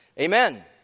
Amen